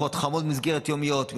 ארוחות חמות יומיות במסגרות הזנה,